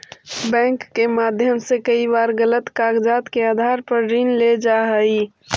bank के माध्यम से कई बार गलत कागजात के आधार पर ऋण लेल जा हइ